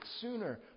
sooner